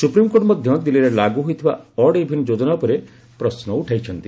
supreme court ମଧ୍ୟ ଦିଲ୍ଲୀରେ ଲାଗୁ ହୋଇଥିବା ଅଡ୍ ଇଭିନ ଯୋଜନା ଉପରେ ପ୍ରଶ୍ନ ଉଠାଇଛନ୍ତି